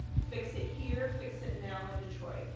fix it here, fix it now in detroit.